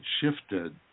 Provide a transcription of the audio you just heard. shifted